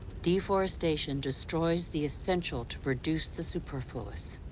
deforestation destroys the essential to produce the superfluous.